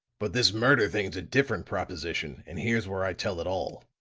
but this murder thing's a different proposition, and here's where i tell it all.